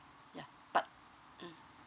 ya but mm